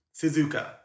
Suzuka